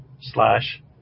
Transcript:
slash